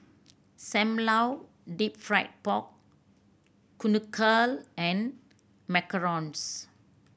Sam Lau Deep Fried Pork Knuckle and macarons